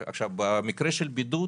במקרה של בידוד